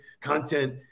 content